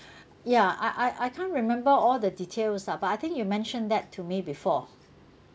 ya I I I can't remember all the details lah but I think you mentioned that to me before